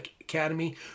academy